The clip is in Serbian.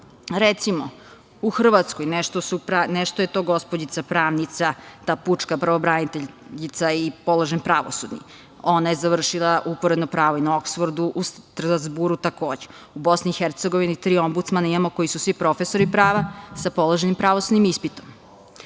recimo, u Hrvatskoj, nešto je to gospođica pravnica, ta pučka pravobraniteljica, i položen pravosudni. Ona je završila uporedno pravo i na Oksfordu. U Strazburu, takođe. U Bosni i Hercegovini tri ombudsmana imamo koji su svi profesori prava sa položenim pravosudnim ispitom.